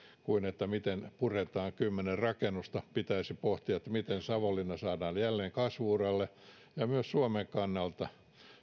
kuin niin miten puretaan kymmenen rakennusta pitäisi pohtia miten savonlinna saadaan jälleen kasvu uralle ja myös suomen kannalta